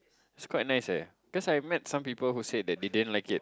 it's quite nice eh cause I met some people who said that they didn't like it